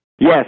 Yes